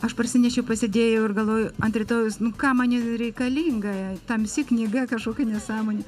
aš parsinešiau pasidėjau ir galvoju ant rytojaus nu kam man ji reikalinga tamsi knyga kažkokia nesąmonė